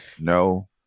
no